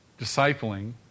discipling